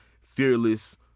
Fearless